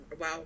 wow